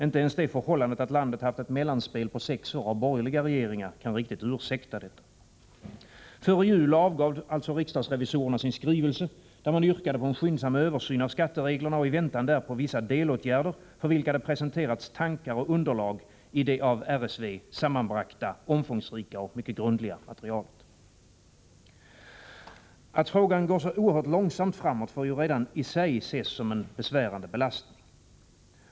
Inte ens det förhållandet att landet haft ett mellanspel på sex år av borgerliga regeringar kan riktigt ursäkta detta. Före jul avgav alltså riksdagsrevisorerna sin skrivelse, där man yrkade på en skyndsam översyn av skattereglerna och i väntan därpå vissa delåtgärder, för vilka det presenteras tankar och underlag i det av RSV sammanbragta omfångsrika och mycket grundliga materialet. Att denna fråga går så oerhört långsamt framåt, får redan i sig ses som en besvärande belastning.